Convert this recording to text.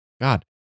God